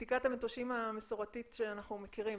בדיקת המטושים המסורתית שאנחנו מכירים,